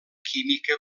química